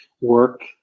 work